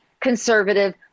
conservative